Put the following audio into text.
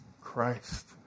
Christ